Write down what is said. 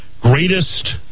greatest